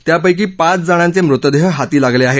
त्यापैकी पाच जणांचे मृतदेह हाती लागले आहेत